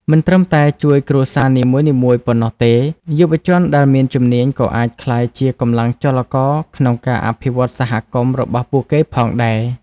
មិនត្រឹមតែជួយគ្រួសារនីមួយៗប៉ុណ្ណោះទេ យុវជនដែលមានជំនាញក៏អាចក្លាយជាកម្លាំងចលករក្នុងការអភិវឌ្ឍន៍សហគមន៍របស់ពួកគេផងដែរ។